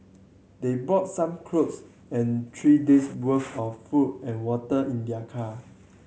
they brought some clothes and three days' worth of food and water in their car